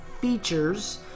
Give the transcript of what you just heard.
features